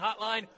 Hotline